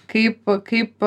kaip kaip